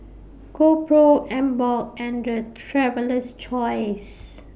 GoPro Emborg and Traveler's Choice